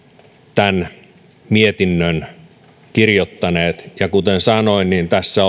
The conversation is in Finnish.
tämän mietinnön kirjoittaneet kuten sanoin tässä